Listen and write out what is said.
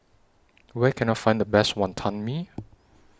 Where Can I Find The Best Wantan Mee